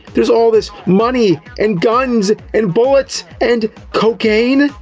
there's all this money, and guns, and bullets, and. cocaine!